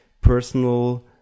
personal